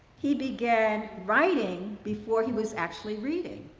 he began writing before he was actually reading.